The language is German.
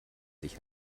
sich